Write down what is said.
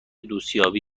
دوستیابی